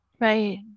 right